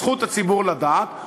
זכות הציבור לדעת,